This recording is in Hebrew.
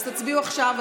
אז תצביעו עכשיו.